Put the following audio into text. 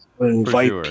invite